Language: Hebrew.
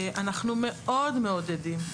אנחנו מאוד מעודדים,